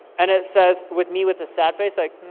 and it says, with me with a sad face, like